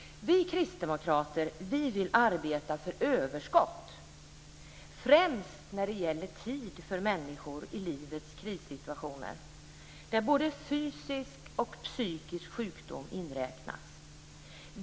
Vi kristdemokrater vill arbeta för överskott, främst när det gäller tid för människor i livets krissituationer där både fysisk och psykisk sjukdom inräknas.